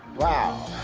wow.